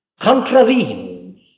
contravenes